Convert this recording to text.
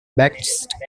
best